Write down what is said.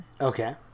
Okay